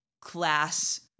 class